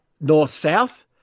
north-south